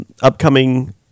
upcoming